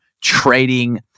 trading